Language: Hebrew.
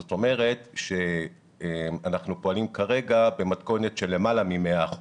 זאת אומרת שאנחנו פועלים כרגע במתכונת של למעלה מ-100%,